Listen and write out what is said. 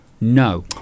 No